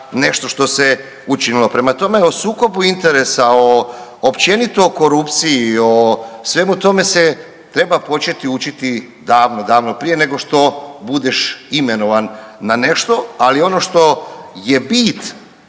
nešto što se učinilo. Prema tome, o sukobu interesa o, općenito o korupciji, o svemu tome se treba početi učiti davno, davno prije nego što budeš imenovan na nešto. Ali ono što je bit,